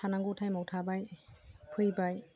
थानांगौ टाइमाव थाबाय फैबाय